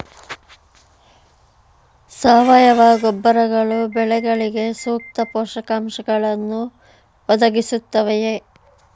ಸಾವಯವ ಗೊಬ್ಬರಗಳು ಬೆಳೆಗಳಿಗೆ ಸೂಕ್ತ ಪೋಷಕಾಂಶಗಳನ್ನು ಒದಗಿಸುತ್ತವೆಯೇ?